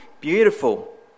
beautiful